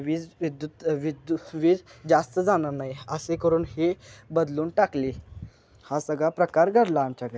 वीज विद्युत विद्यु वीज जास्त जाणार नाही असे करून हे बदलून टाकली हा सगळा प्रकार घडला आमच्या घरी